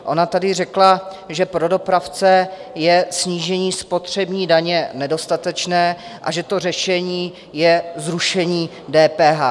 Ona tady řekla, že pro dopravce je snížení spotřební daně nedostatečné a že řešením je zrušení DPH.